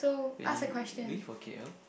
wait you doing for k_l